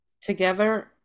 together